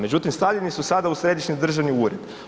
Međutim stavljeni su sada u središnji državni ured.